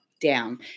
down